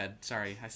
Sorry